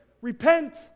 Repent